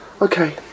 Okay